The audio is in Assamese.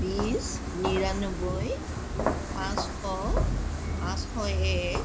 বিছ নিৰান্নব্বৈ পাঁচশ পাঁচশ এক